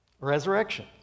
resurrection